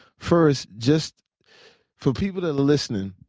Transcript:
first, just for people that are listening,